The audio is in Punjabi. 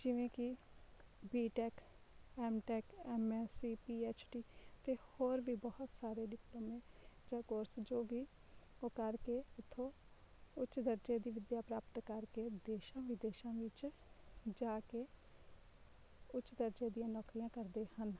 ਜਿਵੇਂ ਕਿ B tech M tech M S C P H D ਅਤੇ ਹੋਰ ਵੀ ਬਹੁਤ ਸਾਰੇ ਡਿਪਲੋਮੇ ਜਾਂ ਕੋਰਸ ਜੋ ਵੀ ਉਹ ਕਰਕੇ ਉੱਥੋਂ ਉੱਚ ਦਰਜੇ ਦੀ ਵਿੱਦਿਆ ਪ੍ਰਾਪਤ ਕਰਕੇ ਦੇਸ਼ਾਂ ਵਿਦੇਸ਼ਾਂ ਵਿੱਚ ਜਾ ਕੇ ਉੱਚ ਦਰਜੇ ਦੀਆਂ ਨੌਕਰੀਆਂ ਕਰਦੇ ਹਨ